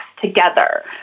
together